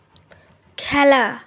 খেলা